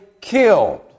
killed